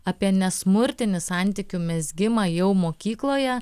apie nesmurtinį santykių mezgimą jau mokykloje